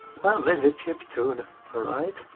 well, this is chiptune, alright?